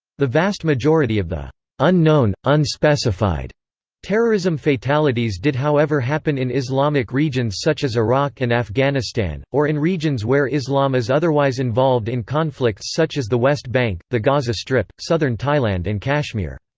the vast majority of the unknown unspecified terrorism fatalities did however happen in islamic regions such as iraq and afghanistan, or in regions where islam is otherwise involved in conflicts such as the west bank, the gaza strip, southern thailand and kashmir.